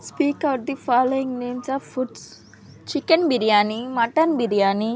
speak out the following names of foods chicken biryani mutton biryani